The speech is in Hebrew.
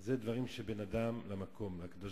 זה דברים שבין אדם למקום, לקדוש-ברוך-הוא.